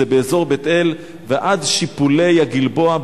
שזה באזור בית-אל ועד שיפולי הגלבוע,